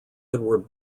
edward